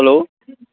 hello